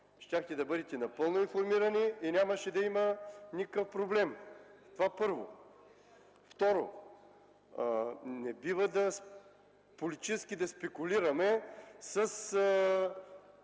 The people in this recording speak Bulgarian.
да бъдете напълно информирани и нямаше да има никакъв проблем. Това – първо. Второ – не бива политически да спекулираме с